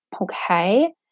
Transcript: Okay